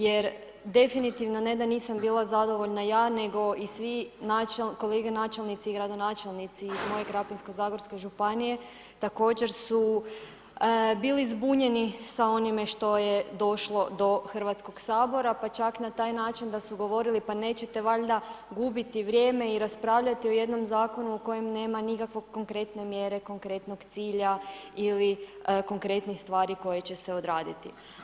Jer definitivno ne da nisam bila zadovoljna ja nego i svi kolege načelnici i gradonačelnici iz moje Krapinsko-zagorske županije također su bili zbunjeni sa onime što je došlo do Hrvatskoga sabora pa čak na taj način da su govorili pa nećete valjda gubiti vrijeme i raspravljati o jednom zakonu u kojem nema nikakve konkretne mjere, konkretnog cilja ili konkretnih stvari koje će se odraditi.